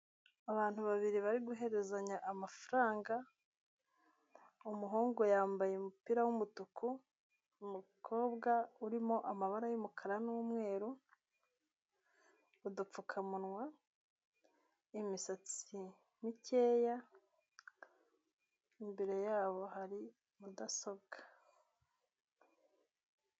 Abantu babiri bari guhezanya amafaranga, umuhungu yambaye umupira w'umutuku, umukobwa urimo amabara y'umukara n'umweru, udupfukamunwa, imisatsi mikeya, imbere yabo hari mudasobwa.